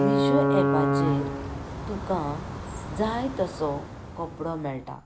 मिशो एपाचेर तुका जाय तसो कपडो मेळटा